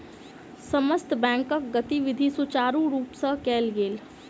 समस्त बैंकक गतिविधि सुचारु रूप सँ कयल गेल